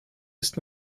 ist